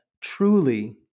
truly